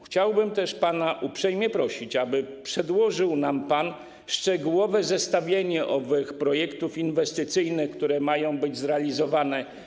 Chciałbym też pana uprzejmie prosić, aby przedłożył nam pan szczegółowe zestawienie owych projektów inwestycyjnych, które mają być zrealizowane.